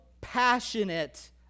passionate